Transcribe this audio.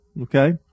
Okay